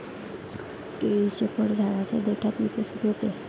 केळीचे फळ झाडाच्या देठात विकसित होते